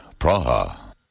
Praha